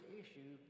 issue